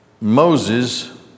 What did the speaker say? Moses